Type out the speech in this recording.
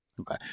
okay